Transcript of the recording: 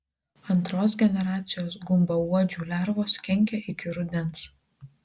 antros generacijos gumbauodžių lervos kenkia iki rudens